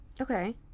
Okay